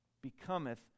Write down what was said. Becometh